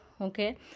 okay